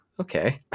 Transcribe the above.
okay